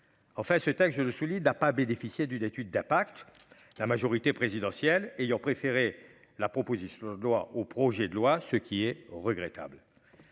Enfin ce texte, je le souligne a pas bénéficié du d'étude d'Pâques la majorité présidentielle ayant préféré la proposition de loi au projet de loi ce qui est regrettable.